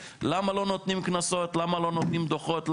למה לא נותנים קנסות, למה לא נותנים דוחות.